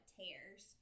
tears